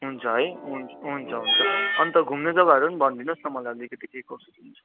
हुन्छ है हुन्छ हुन्छ हुन्छ अन्त घुम्ने जग्गाहरू पनि भनिदिनुहोस् न मलाई अलिकति के कसो हुन्छ